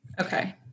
Okay